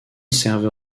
server